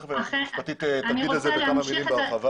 תכף היועצת המשפטית תאמר על זה כמה מלים ותרחיב.